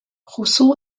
roseau